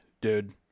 dude